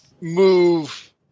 move